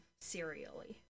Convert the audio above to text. serially